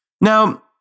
Now